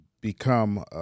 become